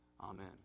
amen